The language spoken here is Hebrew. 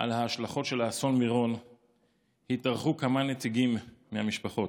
על ההשלכות של אסון מירון התארחו כמה נציגי משפחות.